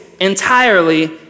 entirely